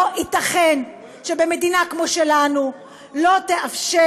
לא ייתכן שמדינה כמו שלנו לא תאפשר